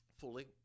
fully